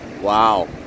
Wow